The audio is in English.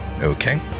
Okay